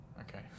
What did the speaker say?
okay